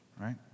right